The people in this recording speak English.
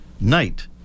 Night